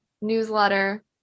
newsletter